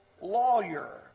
lawyer